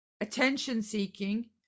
attention-seeking